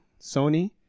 Sony